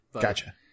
Gotcha